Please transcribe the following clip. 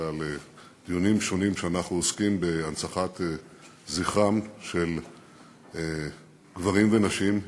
אלא לדיונים שונים שאנחנו עוסקים בהם בהנצחת זכרם של גברים ונשים,